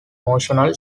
emotional